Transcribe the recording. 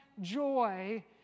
joy